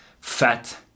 fat